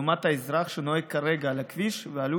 לעומת האזרח שנוהג כרגע על הכביש ועלול